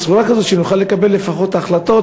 בצורה כזאת שנוכל לקבל לפחות החלטות,